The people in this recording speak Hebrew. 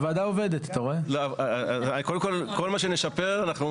גדלה, האזור גדל והלשכה נשארה אותו דבר.